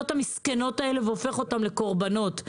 המסכנות האלו והופך אותן לקורבנות.